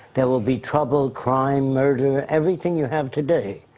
there will be trouble, crime, murder everything you have today.